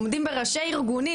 עומדים בראשי ארגונים,